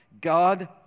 God